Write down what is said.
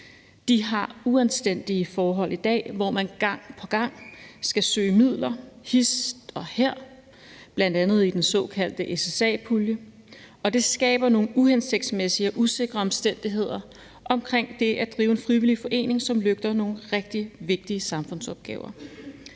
De har uanstændige forhold i dag, hvor man gang på gang skal søge midler hist og her, bl.a. i den såkaldte SSA-pulje, og det skaber nogle uhensigtsmæssige og usikre omstændigheder om det at drive en frivillig forening, som løfter nogle rigtig vigtige samfundsopgaver.